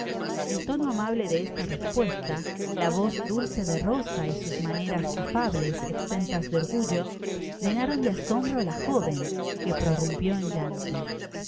el tono amable de esta respuesta la voz dulce de r isa y sus maneras afables exentas de orgullo llenaron de asombro á la joven que prorrumpió en llanto